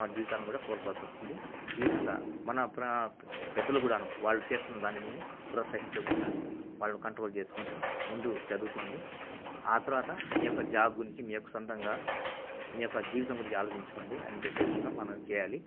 మన జీవితాన్ని కూడా పోవాల్సొస్తుంది ఈ విధంగా మన పెద్దలు కూడాను వాళ్ళు చేస్తున్న దానివి ప్రోత్సహించకుండా వాళ్ళను కంట్రోల్ చేసుకుంటూ ముందు చదువుకోండి ఆ తర్వాత మీ యొక్క జాబ్ గురించి మీ యొక్క సొంతంగా మీ యొక్క జీవితం గురించి ఆలోచించుకోండి అని చెప్పే విధంగా మనం చేయాలి